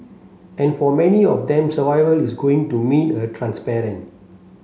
and for many of them survival is going to mean a transparent